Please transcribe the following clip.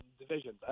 division